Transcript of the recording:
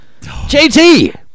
JT